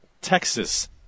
Texas